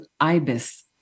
Ibis